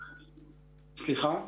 סליחה?